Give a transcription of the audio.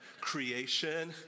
Creation